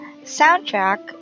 soundtrack